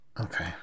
Okay